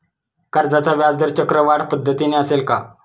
कर्जाचा व्याजदर चक्रवाढ पद्धतीने असेल का?